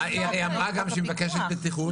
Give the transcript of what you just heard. היא אמרה גם שהיא מבקשת בטיחות,